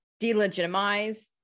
delegitimize